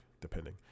depending